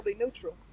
neutral